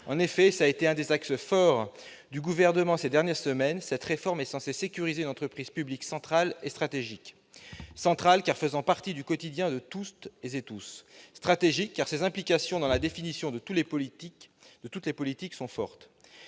En effet, selon l'un des axes forts présentés par le Gouvernement ces dernières semaines, cette réforme est censée sécuriser une entreprise publique centrale et stratégique. Elle est centrale, car elle fait partie du quotidien de toutes et tous. Elle est stratégique, car ses implications dans la définition de toutes les politiques sont fortes.